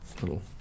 little